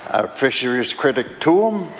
fisheries critic to him,